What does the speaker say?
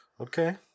Okay